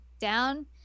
down